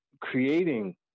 creating